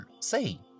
say